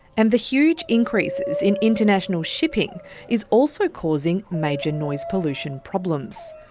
and the huge increases in international shipping is also causing major noise pollution problems.